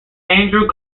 andrew